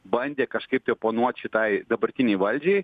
bandė kažkaip tai oponuot šitai dabartinei valdžiai